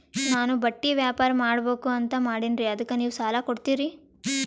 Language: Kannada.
ನಾನು ಬಟ್ಟಿ ವ್ಯಾಪಾರ್ ಮಾಡಬಕು ಅಂತ ಮಾಡಿನ್ರಿ ಅದಕ್ಕ ನೀವು ಸಾಲ ಕೊಡ್ತೀರಿ?